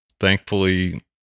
thankfully